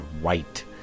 white